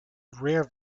rare